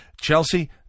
Chelsea